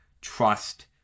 trust